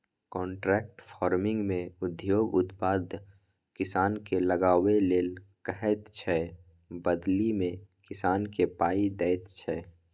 contract फार्मिंगमे उद्योग उत्पाद किसानकेँ लगाबै लेल कहैत छै बदलीमे किसानकेँ पाइ दैत छै